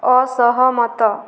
ଅସହମତ